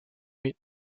mid